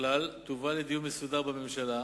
בכלל תובא לדיון מסודר בממשלה,